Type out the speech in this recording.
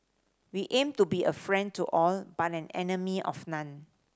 we aim to be a friend to all but an enemy of none